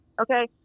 Okay